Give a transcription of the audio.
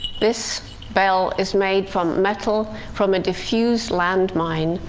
this bell is made from metal from a defused landmine,